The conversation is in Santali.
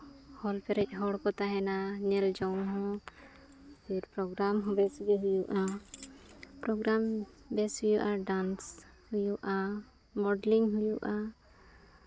ᱦᱚᱞ ᱯᱮᱨᱮᱡ ᱦᱚᱲ ᱠᱚ ᱛᱟᱦᱮᱱᱟ ᱧᱮᱞ ᱡᱚᱝ ᱦᱚᱸ ᱯᱨᱳᱜᱨᱟᱢ ᱦᱚᱸ ᱵᱮᱥᱜᱮ ᱦᱩᱭᱩᱜᱼᱟ ᱯᱨᱳᱜᱨᱟᱢ ᱵᱮᱥ ᱦᱩᱭᱩᱜᱼᱟ ᱰᱮᱱᱥ ᱦᱩᱭᱩᱜᱼᱟ ᱢᱚᱰᱮᱞᱤᱝ ᱦᱩᱭᱩᱜᱼᱟ